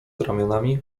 ramionami